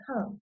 come